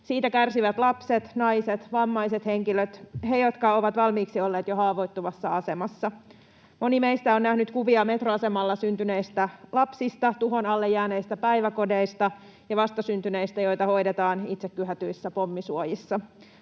Siitä kärsivät lapset, naiset, vammaiset henkilöt — he, jotka ovat jo valmiiksi olleet haavoittuvassa asemassa. Moni meistä on nähnyt kuvia metroasemalla syntyneistä lapsista, tuhon alle jääneistä päiväkodeista ja vastasyntyneistä, joita hoidetaan itsekyhätyissä pommisuojissa.